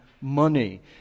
money